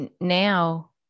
now